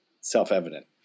self-evident